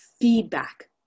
feedback